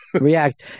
React